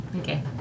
Okay